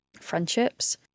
friendships